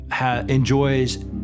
enjoys